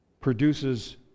produces